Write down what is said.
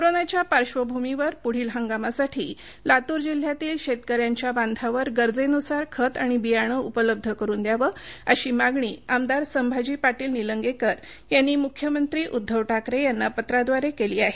कोरोनाच्या पार्श्वभूमीवर पुढील हंगामासाठी लातूर जिल्ह्यातील शेतकऱ्यांच्या बांधावर गरजेनुसार खत आणि बियाण उपलब्ध करून द्याव अशी मागणी आमदार संभाजी पाटील निलंगेकर यांनी मुख्यमंत्री उद्धव ठाकरे यांना पत्राद्वारे केली आहे